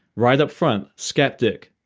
right up front, skeptic,